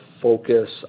focus